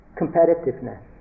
competitiveness